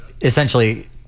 essentially